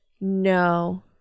No